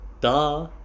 Duh